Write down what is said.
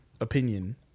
opinion